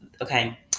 Okay